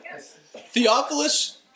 Theophilus